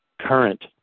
current